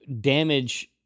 damage